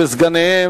2059,